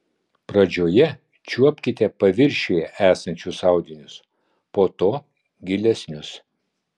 pradžioje čiuopkite paviršiuje esančius audinius po to gilesnius